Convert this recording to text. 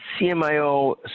CMIO